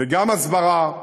וגם הסברה,